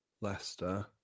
Leicester